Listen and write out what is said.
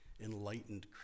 enlightened